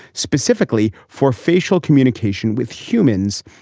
specifically for facial communication with humans.